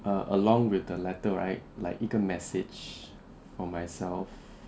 err along with the letter right like 一个 message for myself